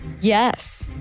Yes